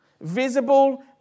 Visible